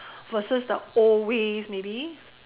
versus the old ways maybe